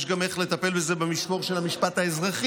יש גם איך לטפל בזה במישור של המשפט האזרחי,